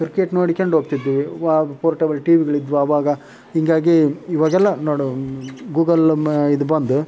cricket ನೋಡಿಕೊಂಡೋಗ್ತಿದ್ವಿ ವಾ portable ಟಿವಿಗಳಿದ್ವು ಅವಾಗ ಹಿಂಗಾಗಿ ಇವಾಗೆಲ್ಲ ನೋಡೋ ಗೂಗಲ್ ಮ್ ಇದು ಬಂದು